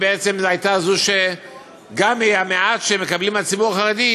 היא בעצמה הייתה זו שגם המעט שמקבל הציבור החרדי,